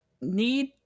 need